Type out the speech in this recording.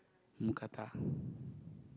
mookata